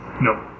No